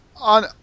on